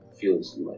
feelings